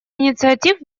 инициатив